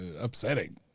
upsetting